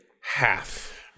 half